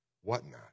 whatnot